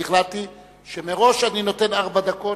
החלטתי שמראש אני נותן ארבע דקות,